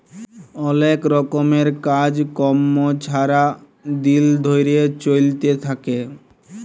অলেক রকমের কাজ কম্ম ছারা দিল ধ্যইরে চইলতে থ্যাকে